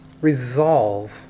resolve